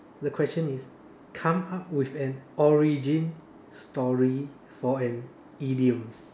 the question is come up with an origin story for an idiom